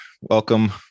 welcome